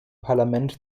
parlament